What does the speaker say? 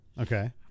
Okay